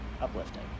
uplifting